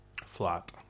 flat